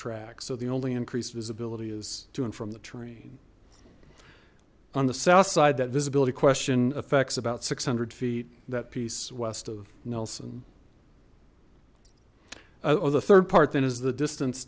track so the only increased visibility is to and from the train on the south side that visibility question affects about six hundred feet that piece west of nelson or the third part then is the distance